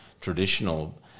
traditional